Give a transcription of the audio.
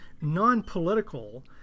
non-political